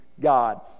God